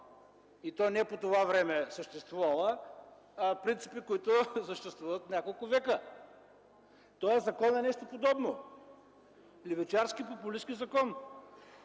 не по това време, а принципи, които съществуват няколко века. Този закон е нещо подобно – левичарски, популистки закон.